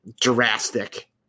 drastic